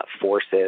forces